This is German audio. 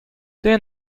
der